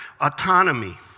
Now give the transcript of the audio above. autonomy